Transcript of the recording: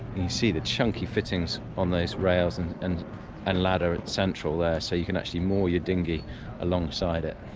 you see the chunky fittings on those rails and and and ladder central there, so you can actually more your dinghy alongside it.